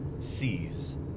sees